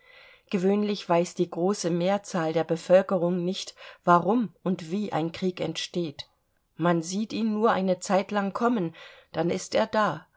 gewöhnlich weiß die große mehrzahl der bevölkerung nicht warum und wie ein krieg entsteht man sieht ihn nur eine zeit lang kommen dann ist er da